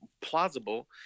plausible